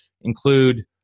include